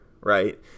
right